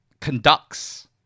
conducts